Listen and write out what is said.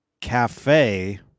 Cafe